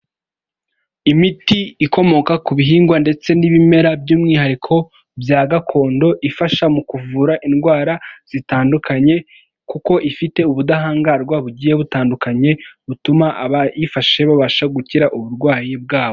Imiti ikomoka ku bihingwa ndetse n'ibimera, by'umwihariko bya gakondo, ifasha mu kuvura indwara zitandukanye, kuko ifite ubudahangarwa bugiye butandukanye, butuma abayifashe babasha gukira, uburwayi bwabo.